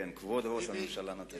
כן, כבוד ראש הממשלה נתניהו.